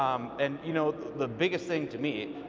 um and you know, the biggest thing to me,